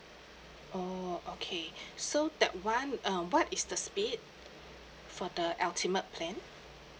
oh okay so that one um what is the speed for the ultimate plan